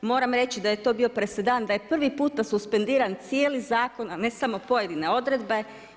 Moram reći da je to bio presedan da je prvi puta suspendiran cijeli zakona, a ne samo pojedine odredbe.